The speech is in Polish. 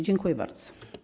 Dziękuję bardzo.